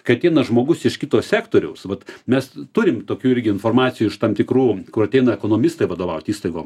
kai ateina žmogus iš kito sektoriaus vat mes turim tokių irgi informacijų iš tam tikrų kur ateina ekonomistai vadovaut įstaigom